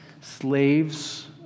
slaves